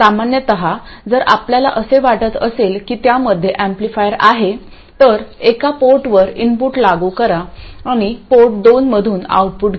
सामान्यत जर आपल्याला असे वाटत असेल की त्यामध्ये ऍम्प्लिफायर आहे तर एका पोर्टवर इनपुट लागू करा आणि पोर्ट दोनमधून आउटपुट घ्या